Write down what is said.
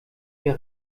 wir